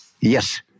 Yes